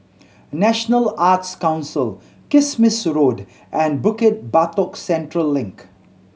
National Arts Council Kismis Road and Bukit Batok Central Link